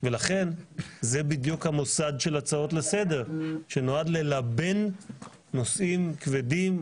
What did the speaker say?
ולכן זה בדיוק המוסד של הצעות לסדר שנועד ללבן נושאים כבדים,